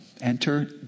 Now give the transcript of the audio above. enter